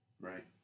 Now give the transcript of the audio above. Right